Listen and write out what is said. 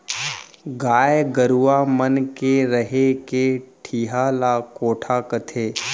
गाय गरूवा मन के रहें के ठिहा ल कोठा कथें